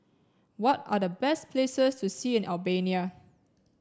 what are the best places to see in Albania